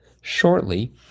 shortly